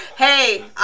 Hey